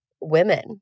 women